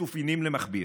בתופינים למכביר,